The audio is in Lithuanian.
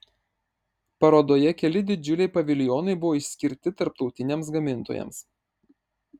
parodoje keli didžiuliai paviljonai buvo išskirti tarptautiniams gamintojams